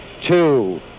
two